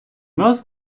нас